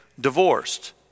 divorced